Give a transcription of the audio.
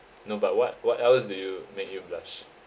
no but what what else do you make you blush